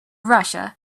russia